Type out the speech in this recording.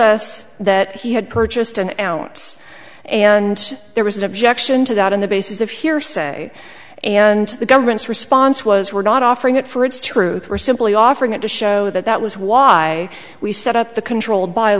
us that he had purchased an ounce and there was an objection to that on the basis of hearsay and the government's response was we're not offering it for it's truth we're simply offering it to show that that was why we set up the controlled by